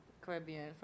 Caribbean